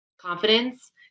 confidence